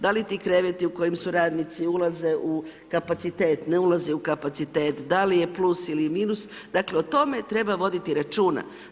Da li ti kreveti u kojim su radnici ulaze u kapacitet, ne ulaze u kapacitet, da li je plus ili minus, dakle o tome treba voditi računa.